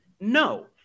No